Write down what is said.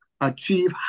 achieve